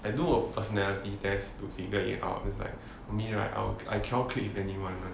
I do a personality test to figure it out it's like me right out I cannot click with anyone [one]